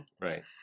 Right